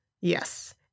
yes